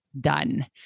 done